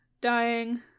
dying